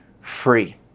free